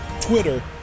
Twitter